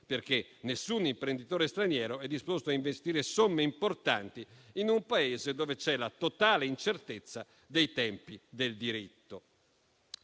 perché nessun imprenditore straniero è disposto a investire somme importanti in un Paese dove c'è la totale incertezza dei tempi del diritto.